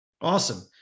Awesome